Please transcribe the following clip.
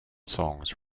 songs